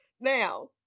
Now